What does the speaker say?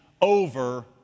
over